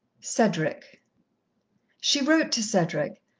cedric she wrote to cedric,